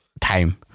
time